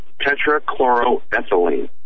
tetrachloroethylene